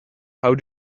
how